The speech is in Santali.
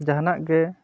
ᱡᱟᱦᱟᱱᱟᱜ ᱜᱮ